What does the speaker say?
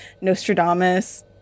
Nostradamus